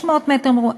500 מ"ר?